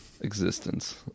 Existence